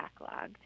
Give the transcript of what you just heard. backlogged